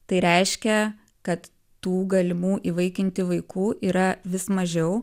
tai reiškia kad tų galimų įvaikinti vaikų yra vis mažiau